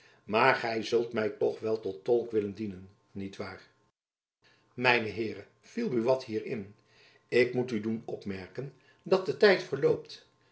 maar gy zult my wel tot tolk willen dienen niet waar mijne heeren viel buat hier in ik moet u doen opmerken dat de tijd verloopt